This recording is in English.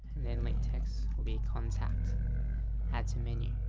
and then link text will be contact add to menu